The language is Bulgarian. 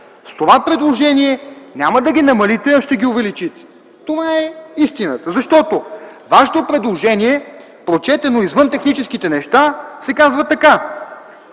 с това предложение няма да ги намалите, а ще ги увеличите. Това е истината, защото във Вашето предложение, прочетено извън техническите неща, се казва така: